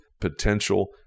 potential